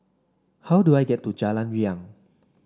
how do I get to Jalan Riang